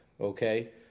okay